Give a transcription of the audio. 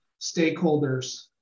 stakeholders